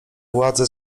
władzę